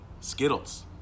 Skittles